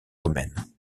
romaine